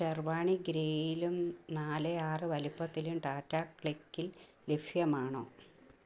ഷെർവാണി ഗ്രേയിലും നാല് ആറ് വലുപ്പത്തിലും ടാറ്റ ക്ലിക്കിൽ ലഭ്യമാണോ